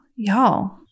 Y'all